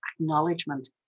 acknowledgement